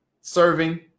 serving